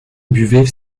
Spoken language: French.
buvait